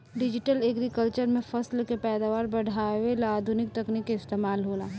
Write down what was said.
digital agriculture में फसल के पैदावार बढ़ावे ला आधुनिक तकनीक के इस्तमाल होला